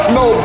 no